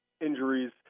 injuries